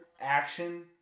action